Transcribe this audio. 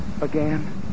again